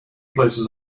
places